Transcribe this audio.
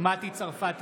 מטי צרפתי